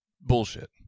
bullshit